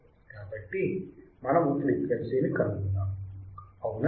కాబట్టి మనము ఫ్రీక్వెన్సీ ని కనుక్కుందాము అవునా